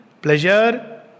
pleasure